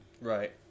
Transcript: Right